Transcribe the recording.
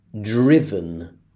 driven